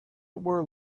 were